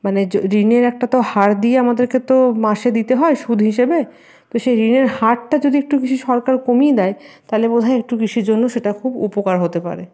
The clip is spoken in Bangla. মানে ঋণের একটা তো হার দিয়ে আমাদেরকে তো মাসে দিতে হয় সুদ হিসেবে তো সেই ঋণের হারটা যদি একটু কিছু সরকার কমিয়ে দেয় তাহলে বোধ হয় একটু কৃষির জন্য সেটা খুব উপকার হতে পারে